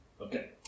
Okay